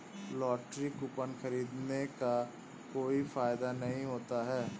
lottery coupon खरीदने का कोई फायदा नहीं होता है